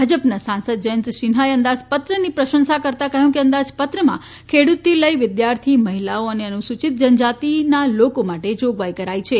ભાજપના સાંસદ જયંત સિન્હાયે અંદાજપત્રની પ્રશંસા કરી કહ્યુંકે અંદાજપત્રમાં ખેડૂતથી લઈને વિદ્યાથી મહિલાઓ અને અનુસૂચીત જનજાતિના લોકો માટે જોગવાઈ કરેલી છે